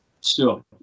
sure